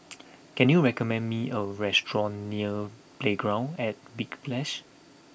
can you recommend me a restaurant near Playground at Big Splash